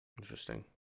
Interesting